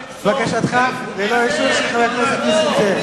בקשתך ללא אישור של חבר הכנסת נסים זאב.